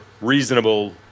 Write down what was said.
reasonable